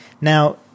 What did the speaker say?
Now